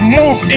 move